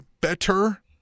better